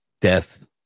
death